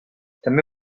també